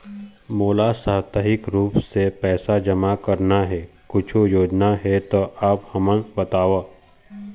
मोला साप्ताहिक रूप से पैसा जमा करना हे, कुछू योजना हे त आप हमन बताव?